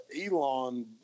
Elon